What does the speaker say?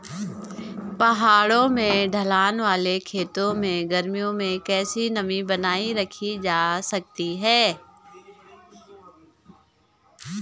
पहाड़ों में ढलान वाले खेतों में गर्मियों में कैसे नमी बनायी रखी जा सकती है?